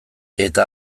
eta